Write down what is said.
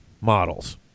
models